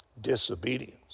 disobedience